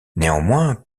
néanmoins